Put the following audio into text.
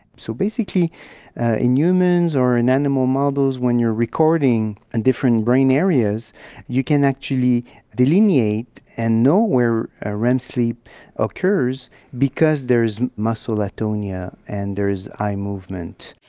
so basically in humans or in animal models when you are recording in and different brain areas you can actually delineate and know where ah rem sleep occurs because there is muscle atonia, and there is eye movement.